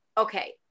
Okay